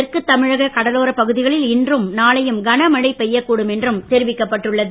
தெற்குத் தமிழகக் கடலோரப் பகுதிகளில் இன்றும் நாளையும் கன மழை பெய்யக்கூடும் என்றும் தெரிவிக்கப் பட்டுள்ளது